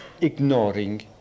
ignoring